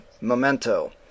Memento